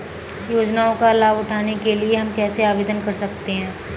योजनाओं का लाभ उठाने के लिए हम कैसे आवेदन कर सकते हैं?